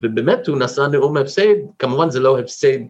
ובאמת הוא נשא נאום הפסד, כמובן זה לא הפסד.